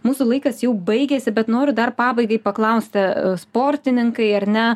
mūsų laikas jau baigiasi bet noriu dar pabaigai paklausti sportininkai ar ne